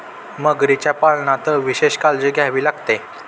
मगरीच्या पालनात विशेष काळजी घ्यावी लागते